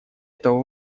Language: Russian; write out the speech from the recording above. этого